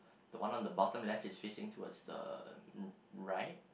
the one on the bottom left is facing towards the right